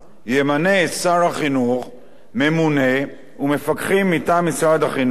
ימנה שר החינוך ממונה ומפקחים מטעם משרד החינוך.